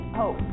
hope